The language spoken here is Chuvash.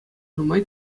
нумай